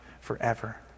forever